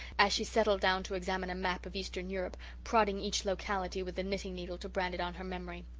as she settled down to examine a map of eastern europe, prodding each locality with the knitting needle to brand it on her memory.